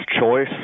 choice